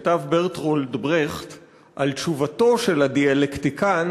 שכתב ברטולד ברכט על תשובתו של הדיאלקטיקן